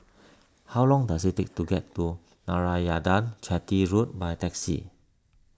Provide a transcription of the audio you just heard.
how long does it take to get to Narayanan Chetty Road by taxi